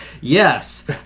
yes